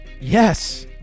yes